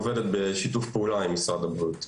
עובדת בשיתוף פעולה עם משרד הבריאות.